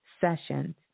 sessions